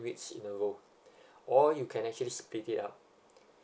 weeks in a row or you can actually split it up